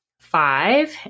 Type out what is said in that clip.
five